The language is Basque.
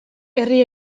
herri